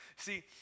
See